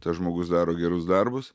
tas žmogus daro gerus darbus